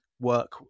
work